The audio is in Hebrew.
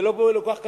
זה לא כל כך קשה.